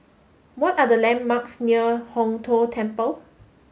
what are the landmarks near Hong Tho Temple